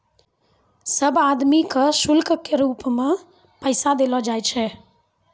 सब आदमी के शुल्क के रूप मे पैसा देलो जाय छै